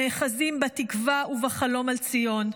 נאחזים בתקווה ובחלום על ציון.